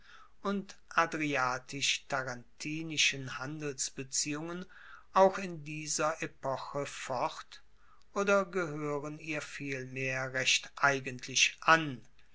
und adriatisch tarentinischen handelsbeziehungen auch in dieser epoche fort oder gehoeren ihr vielmehr recht eigentlich an